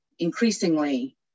Increasingly